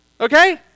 Okay